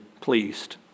pleased